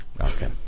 okay